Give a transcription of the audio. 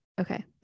Okay